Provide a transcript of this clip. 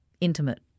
intimate